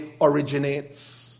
originates